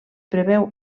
preveu